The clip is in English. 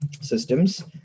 systems